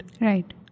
Right